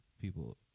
people